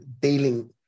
dealing